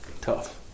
Tough